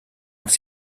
els